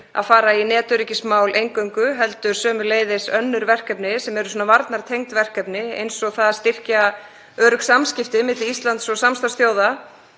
fer ekki í netöryggismál eingöngu heldur sömuleiðis í önnur verkefni sem eru varnartengd verkefni, eins og það að styrkja örugg samskipti milli Íslands og samstarfsþjóða,